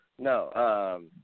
No